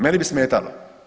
Meni bi smetalo.